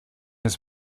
his